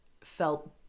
felt